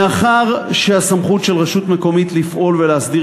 מאחר שהסמכות של רשות מקומית לפעול ולהסדיר